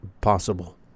possible